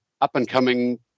up-and-coming